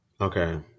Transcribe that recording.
Okay